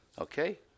okay